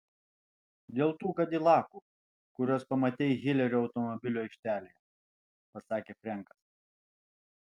dėl tų kadilakų kuriuos pamatei hilerio automobilių aikštelėje pasakė frenkas